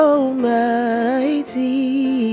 Almighty